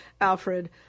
Alfred